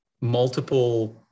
multiple